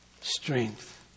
Strength